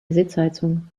sitzheizung